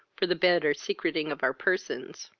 for the better secreting of our persons.